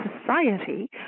society